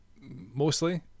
mostly